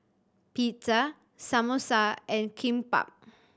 Pizza Samosa and Kimbap